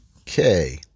Okay